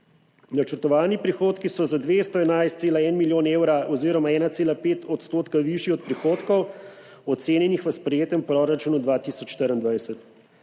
Načrtovani prihodki so za 211,1 milijona evra oziroma 1,5 % višji od prihodkov, ocenjenih v sprejetem proračunu 2024.